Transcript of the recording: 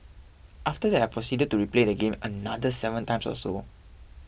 after that I proceeded to replay the game another seven times or so